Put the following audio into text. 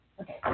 Okay